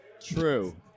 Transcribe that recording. True